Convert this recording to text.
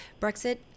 Brexit